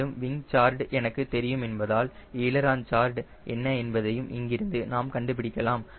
மேலும் wing chord எனக்கு தெரியும் என்பதால் எய்லரான் கார்டு என்ன என்பதையும் இங்கிருந்து நான் கண்டுபிடிக்கலாம்